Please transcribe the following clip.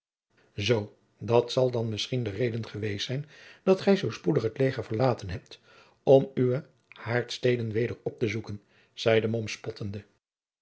zoo dat zal dan misschien de reden geweest zijn dat gij zoo spoedig het leger verlaten hebt om uwe haardsteden weder op te zoeken zeide mom spottende